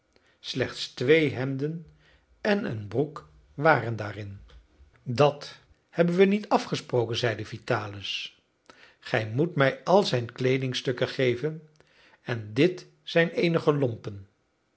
slechts twee hemden en een broek waren daarin dat hebben we niet afgesproken zeide vitalis gij moet mij al zijn kleedingstukken geven en dit zijn eenige lompen